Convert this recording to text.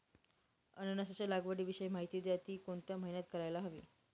अननसाच्या लागवडीविषयी माहिती द्या, ति कोणत्या महिन्यात करायला हवी?